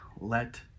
let